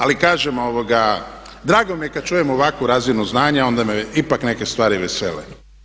Ali kažem, drago mi je kad čujem ovakvu razinu znanja, onda me ipak neke stvari vesele.